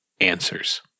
Answers